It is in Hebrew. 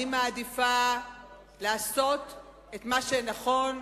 אני מעדיפה לעשות את מה שנכון.